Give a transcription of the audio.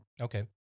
Okay